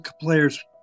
players